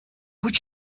would